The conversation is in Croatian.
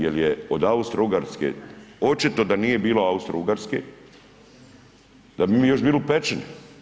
Jer je od Austrougarske, očito da nije bilo Austrougarske da bi mi još bili u pećini.